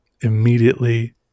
immediately